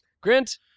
Grant